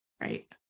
right